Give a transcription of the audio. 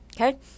Okay